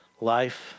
Life